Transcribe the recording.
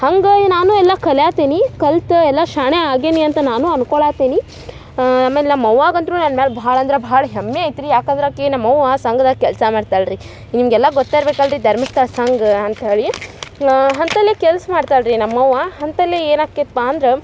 ಹಂಗಾಗಿ ನಾನು ಎಲ್ಲ ಕಲ್ಯತಿನಿ ಕಲ್ತ ಎಲ್ಲ ಶಾಣೆ ಆಗೆನಿ ಅಂತ ನಾನು ಅನ್ಕೊಳತಿನಿ ಆಮೇಲೆ ನಮ್ಮವ್ವಗೆ ಅಂತ್ರು ನನ್ನ ಮ್ಯಾಲೆ ಭಾಳ ಅಂದ್ರ ಭಾಳ ಹೆಮ್ಮೆ ಐತೆ ರೀ ಯಾಕಂದ್ರ ಆಕಿ ನಮ್ಮವ್ವ ಸಂಘದಾಗೆ ಕೆಲಸ ಮಾಡ್ತಳೆ ರೀ ನಿಮ್ಗೆಲ್ಲ ಗೊತ್ತ ಇರ್ಬೇಕು ಅಲ್ರಿ ಧರ್ಮಸ್ಥಳ ಸಂಘ ಅಂತೇಳಿ ಅಂತಲ್ಲಿ ಕೆಲ್ಸ ಮಾಡ್ತಳೆ ರೀ ನಮ್ಮವ್ವ ಹಂತಲ್ಲಿ ಏನಕ್ಯಪ್ಪ ಅಂದ್ರ